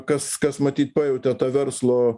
kas kas matyt pajautė tą verslo